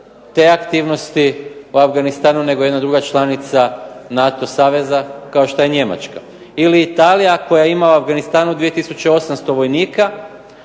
te aktivnosti u Afganistanu nego jedna druga članica NATO saveza kao što je Njemačka. Ili Italija koja ima u Afganistanu 2800 vojnika.